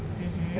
mmhmm